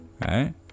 right